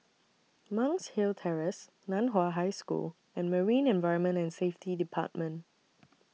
Monk's Hill Terrace NAN Hua High School and Marine Environment and Safety department